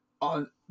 on